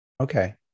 Okay